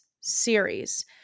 series